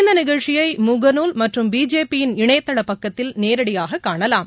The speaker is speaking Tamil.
இந்த நிகழ்ச்சியை முகநூல் மற்றும் பிஜேபியின் இணையதள பக்கத்தில் நேரடியாக காணலாம்